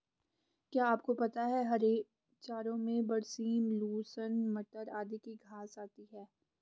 क्या आपको पता है हरे चारों में बरसीम, लूसर्न, मटर आदि की घांस आती है?